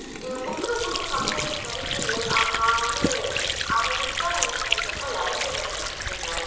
எனக்கு புக்கு இன்னும் கொஞ்சம் கம்மி ரேட்டில் கிடைக்கிது நா வந்து அதை விட்டால் நான் எங்கள் படிப்பேன் அப்படின்னா லைப்ரரியில் படிச்சிட்டுருந்தேன்